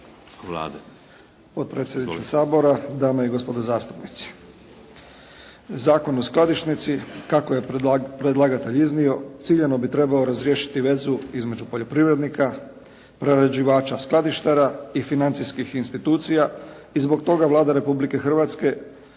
Potpredsjedniče Sabora, dame i gospodo zastupnici. Zakon o skladišnici kako je predlagatelj iznio, ciljano bi trebao razriješiti vezu između poljoprivrednika, prerađivača skladištara i financijskih institucija i zbog toga Vlada Republike Hrvatske